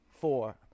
four